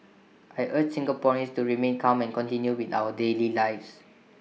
I urge Singaporeans to remain calm and continue with our daily lives